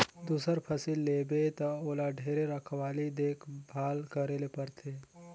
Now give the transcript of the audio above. दूसर फसिल लेबे त ओला ढेरे रखवाली देख भाल करे ले परथे